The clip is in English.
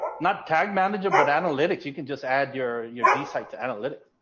not tag manager. but analytics, you can just add your your d site to analytics.